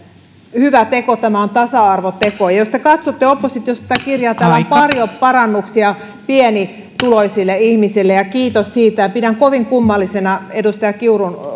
hyvä teko tämä on tasa arvoteko ja jos te katsotte oppositiossa tätä kirjaa täällä on paljon parannuksia pienituloisille ihmisille kiitos siitä pidän kovin kummallisena edustaja kiurun